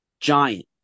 giant